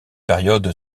période